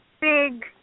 big